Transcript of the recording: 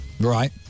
right